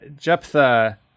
Jephthah